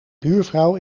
buurvrouw